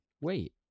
Wait